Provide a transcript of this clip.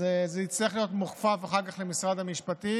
אז זה יצטרך להיות כפוף אחר כך למשרד המשפטים.